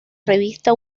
revista